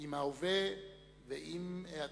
עם ההווה ועם העתיד.